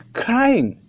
crying